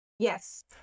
Yes